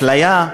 אפליה,